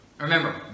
Remember